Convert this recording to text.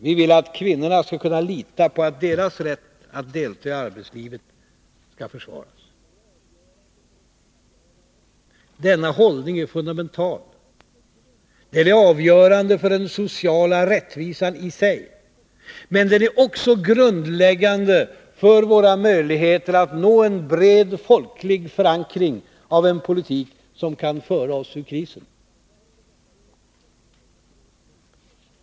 Vi vill att kvinnorna skall kunna lita på att deras rätt att delta i arbetslivet skall försvaras. Denna hållning är fundamental. Den är avgörande för den sociala rättvisan i sig. Men den är också grundläggande för våra möjligheter att nå en bred folklig förankring av en politik som kan föra oss ur krisen.